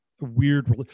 weird